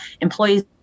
employees